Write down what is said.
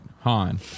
Han